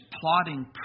plotting